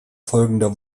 folgender